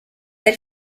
del